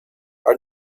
our